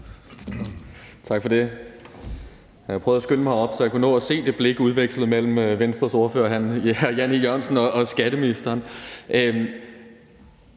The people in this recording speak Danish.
Tak for det. Jeg prøvede at skynde mig herop, så jeg kunne nå at se det blik udvekslet mellem Venstres ordfører, hr. Jan E. Jørgensen, og skatteministeren.